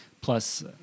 plus